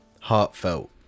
heartfelt